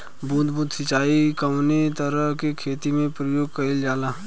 बूंद बूंद सिंचाई कवने तरह के खेती में प्रयोग कइलजाला?